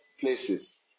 places